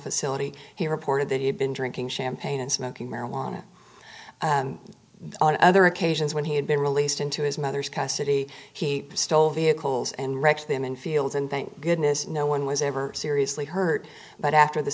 facility he reported that he had been drinking champagne and smoking marijuana and on other occasions when he had been released into his mother's custody he still vehicles and wrecks them in fields and thank goodness no one was ever seriously hurt but after the